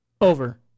Over